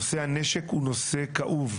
נושא הנשק הוא נושא כאוב.